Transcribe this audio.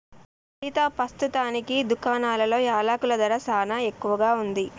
సీతా పస్తుతానికి దుకాణాలలో యలకుల ధర సానా ఎక్కువగా ఉంది